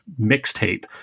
mixtape